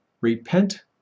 repent